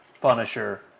Punisher